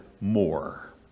more